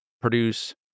produce